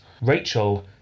Rachel